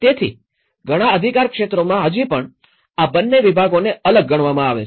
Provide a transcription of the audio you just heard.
તેથી ઘણા અધિરકાર ક્ષેત્રોમાં હજી પણ આ બંને વિભાગોને અલગ ગણવામાં આવે છે